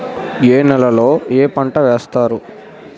ఏ నేలలో ఏ పంట వేస్తారు?